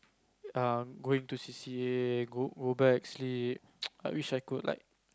err going to C_C_A go go back sleep I wish I could like